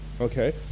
okay